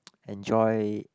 enjoy